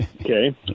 Okay